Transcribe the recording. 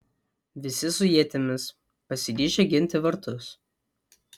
visi su ietimis pasiryžę ginti vartus